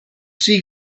sea